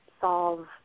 solve